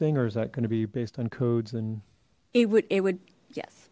thing or is that going to be based on codes and it would it would yes